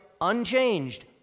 unchanged